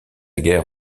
guerre